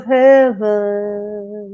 heaven